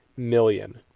million